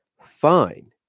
fine